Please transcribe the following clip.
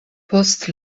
post